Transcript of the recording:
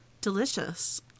Delicious